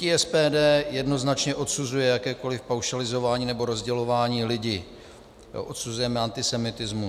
Hnutí SPD jednoznačně odsuzuje jakékoliv paušalizování nebo rozdělování lidí, odsuzujeme antisemitismus.